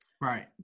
Right